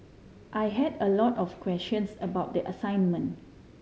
I had a lot of questions about the assignment